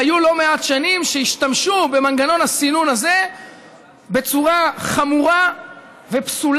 והיו לא מעט שנים שהשתמשו במנגנון הסינון הזה בצורה חמורה ופסולה.